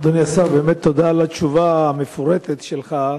אדוני השר, באמת תודה על התשובה המפורטת שלך.